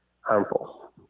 harmful